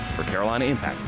for carolina impact,